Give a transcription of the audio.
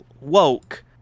woke